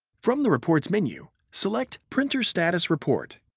from the reports menu, select printer status report.